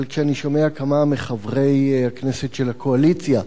אבל כשאני שומע כמה מחברי הכנסת של הקואליציה,